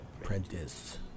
apprentice